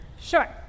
Sure